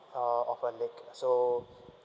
uh of her leg so